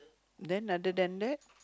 then other than that